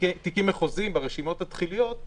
תיקים מחוזיים ברשימות התחיליות,